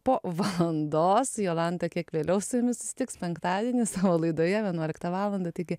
po valandos jolanta kiek vėliau su jumis susitiks penktadienį savo laidoje vienuoliktą valandą taigi